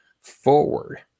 forward